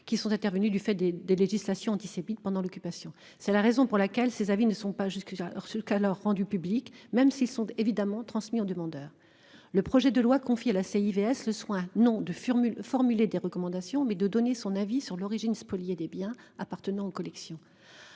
qui sont intervenues du fait des des législations antisémites pendant l'occupation. C'est la raison pour laquelle ces avis ne sont pas jusqu'alors sur le cas lors rendu public, même s'ils sont évidemment transmis aux demandeurs. Le projet de loi confie à la CIV le soin non de formule formuler des recommandations, mais de donner son avis sur l'origine spoliés des biens appartenant aux collections